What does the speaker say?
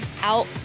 out